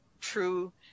true